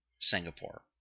Singapore